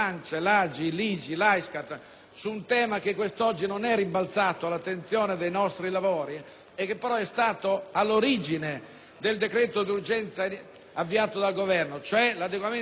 su un tema che oggi non è rimbalzato all'attenzione dei nostri lavori e che poi è stato all'origine del decreto d'urgenza emanato dal Governo relativo all'adeguamento prezzi per andare incontro